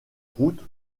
route